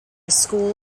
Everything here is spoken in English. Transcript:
school